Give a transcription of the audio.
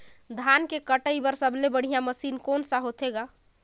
धान के कटाई बर सबले बढ़िया मशीन कोन सा होथे ग?